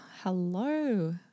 hello